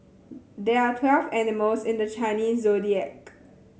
there are twelve animals in the Chinese Zodiac